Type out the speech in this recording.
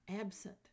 absent